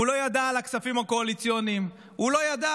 הוא לא ידע על הכספים הקואליציוניים, הוא לא ידע,